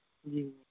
जी